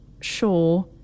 sure